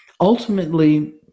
Ultimately